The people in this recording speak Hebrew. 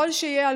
יכול שיהיה,